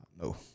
No